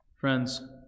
Friends